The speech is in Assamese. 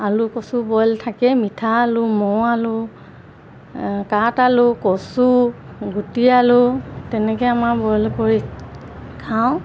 আলু কচু বইল থাকে মিঠা আলু মৌ আলু কাঠ আলু কচু গুটি আলু তেনেকৈ আমাৰ বইল কৰি খাওঁ